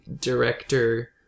director